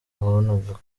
wabonaga